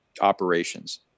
operations